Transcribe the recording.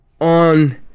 on